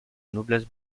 noblesse